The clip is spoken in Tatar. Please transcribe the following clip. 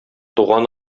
туган